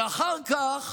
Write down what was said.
ואחר כך